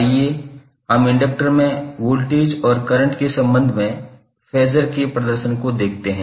आइए हम इंडक्टर में वोल्टेज और करंट के संबंध में फेजर के प्रदर्शन को देखते हैं